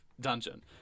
dungeon